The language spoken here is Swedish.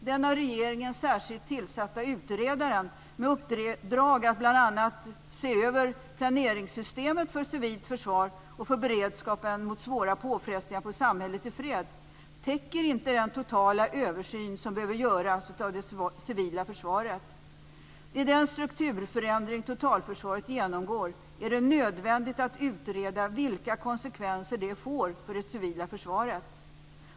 Den av regeringen särskilt tillsatta utredaren med uppdrag att bl.a. se över planeringssystemet för civilt försvar och för beredskapen mot svåra påfrestningar på samhället i fred täcker inte den totala översyn som behöver göras av det civila försvaret. I den strukturförändring som totalförsvaret genomgår är det nödvändigt att utreda vilka konsekvenser det får för det civila försvaret.